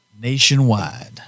Nationwide